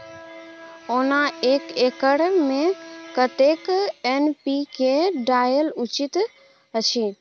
ओना एक एकर मे कतेक एन.पी.के डालब उचित अछि?